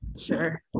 Sure